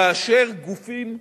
כאשר גופים מסוימים,